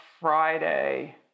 Friday